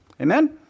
Amen